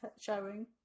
showing